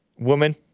woman